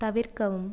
தவிர்க்கவும்